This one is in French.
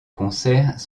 concerts